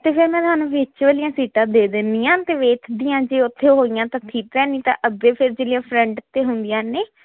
ਤੇ ਫਿਰ ਮੈਂ ਤੁਹਾਨੂੰ ਵਿਚ ਵਾਲੀਆਂ ਸੀਟਾਂ ਦੇ ਦਿੰਦੀ ਆ ਤੇ ਵੇਖਦੀ ਆ ਜੇ ਉਥੇ ਹੋਈਆਂ ਤਾਂ ਠੀਕ ਹ ਨਹੀਂ ਤਾਂ ਅੱਗੇ ਫਿਰ ਜਿਹੜੀਆਂ ਫਰੰਟ ਤੇ ਹੁੰਦੀਆਂ ਨੇ